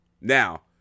Now